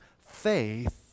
Faith